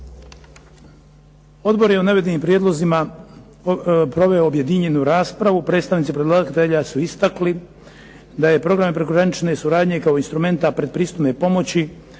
Odbor je o navedenim prijedlozima proveo objedinjenu raspravu. Predstavnici predlagatelja su istakli da je u program prekogranične suradnje kao instrumenta pretpristupne pomoći